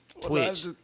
Twitch